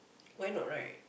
why not right